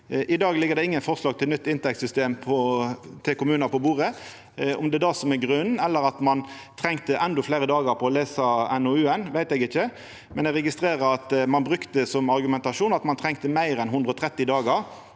I dag ligg det ingen forslag til nytt inntektssystem for kommunane på bordet. Om det er det som er grunnen, eller at ein trong endå fleire dagar på å lesa NOUen, veit eg ikkje, men eg registrerer at ein brukte som argumentasjon at ein trong meir enn 130 dagar.